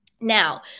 Now